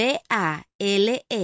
V-A-L-E